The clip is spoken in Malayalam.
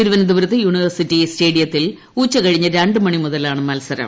തിരുവനന്തപുരത്ത് യൂണിവേഴ്സിറ്റി സ്റ്റേഡിയത്തിൽ ഉച്ചകഴിഞ്ഞ് രണ്ടു മുതലാണ് മൽസരം